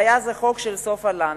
והיה זה חוק של סופה לנדבר.